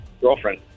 girlfriend